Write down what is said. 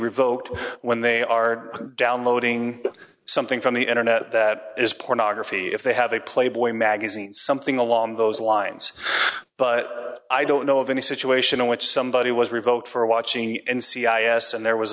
revoked when they are downloading something from the internet that is pornography if they have a playboy magazine something along those lines but i don't know of any situation in which somebody was revoked for watching and c i s and there was